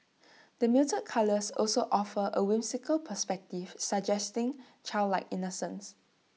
the muted colours also offer A whimsical perspective suggesting childlike innocence